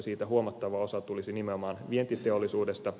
siitä huomattava osa tulisi nimenomaan vientiteollisuudesta